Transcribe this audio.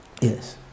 Yes